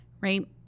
right